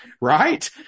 Right